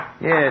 Yes